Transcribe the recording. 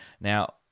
Now